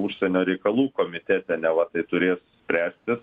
užsienio reikalų komitete neva tai turės spręsti